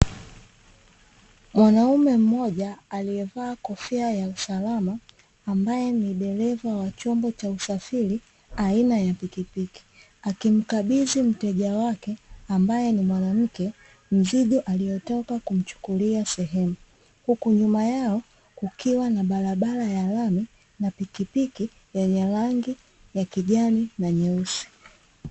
Mwanaume mmoja aliye vaa kofia ya usalama, ambaye ni dereva wa chombo cha usafiri aina ya pikipiki, akikabidhi mteja wake mzigo aliotoka kumchukulia sehemu huku Kukiwa na barabara ya lami na pikipiki yenye rangi ya kijani na nyeusi.